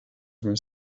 més